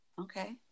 Okay